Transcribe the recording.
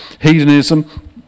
hedonism